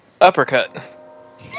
Uppercut